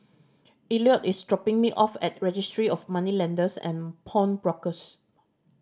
Elliott is dropping me off at Registry of Moneylenders and Pawnbrokers